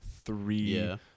three